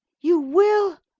you will?